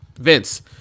Vince